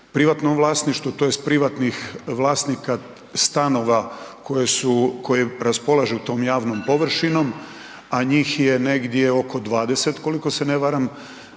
privatnom vlasništvu, tj. privatnih vlasnika stanova koje raspolažu tom javnom površinom, a njih je negdje oko 20 koliko se ne varam,